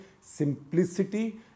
simplicity